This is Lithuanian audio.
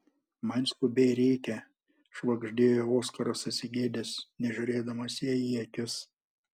man skubiai reikia švagždėjo oskaras susigėdęs nežiūrėdamas jai į akis